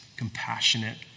compassionate